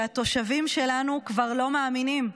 התושבים שלנו כבר לא מאמינים,